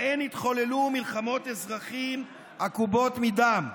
שבהן התחוללו מלחמות אזרחים עקובות מדם.